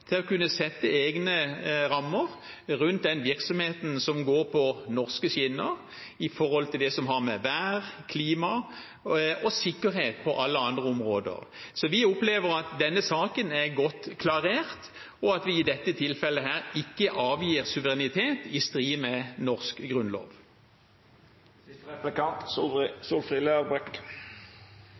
til å kunne sette egne rammer rundt den virksomheten som går på norske skinner, når det gjelder det som har med vær, klima og sikkerhet å gjøre, på alle andre områder. Så vi opplever at denne saken er godt klarert, og at vi i dette tilfellet ikke avgir suverenitet i strid med norsk